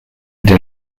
would